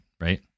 right